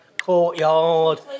courtyard